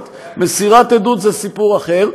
מסירת עדות זה סיפור אחר.